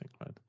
right